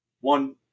one